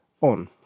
on